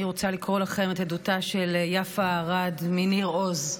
אני רוצה לקרוא לכם את עדותה של יפה אדר מניר עוז,